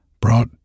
brought